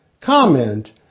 Comment